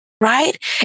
Right